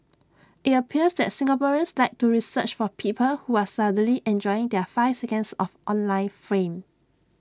IT appears that Singaporeans like to research for people who are suddenly enjoying their five seconds of online fame